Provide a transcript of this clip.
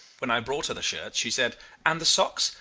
when i brought her the shirts, she said and the socks?